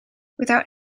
without